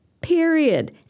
Period